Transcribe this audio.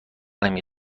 نمی